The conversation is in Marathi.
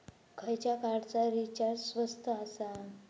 खयच्या कार्डचा रिचार्ज स्वस्त आसा?